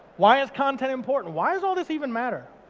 why is content important? why is all this even matter?